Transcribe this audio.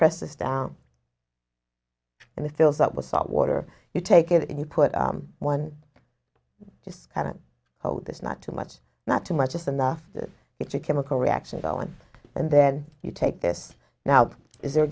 press this down and the fills up with salt water you take it and you put one just haven't oh there's not too much not too much just enough it's a chemical reaction go in and then you take this now is the